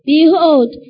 Behold